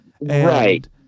Right